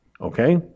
Okay